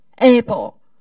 able